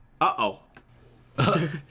Uh-oh